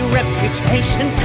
reputation